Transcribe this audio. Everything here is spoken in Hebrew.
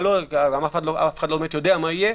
שלא כי אף אחד לא באמת יודע מה יהיה.